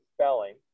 spelling